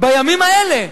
בימים האלה,